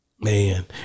man